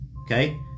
Okay